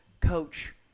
coach